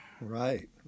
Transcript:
right